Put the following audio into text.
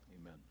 Amen